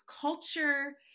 culture